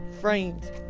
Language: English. framed